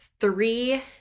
three